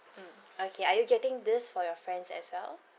mm okay are you getting this for your friends as well